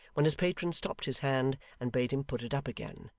when his patron stopped his hand and bade him put it up again.